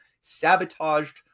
sabotaged